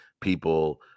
people